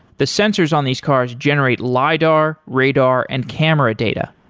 the sensors on these cars generate lidar, radar and camera data.